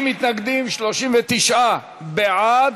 50 מתנגדים, 39 בעד.